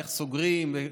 איך סוגרים.